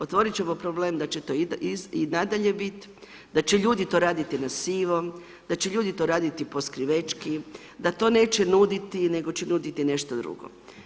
Otvorit ćemo problem da će to i nadalje biti, da će ljudi to raditi na sivom, da će ljudi to raditi poskrivečki, da to neće nuditi nego će nuditi nešto drugo.